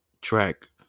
track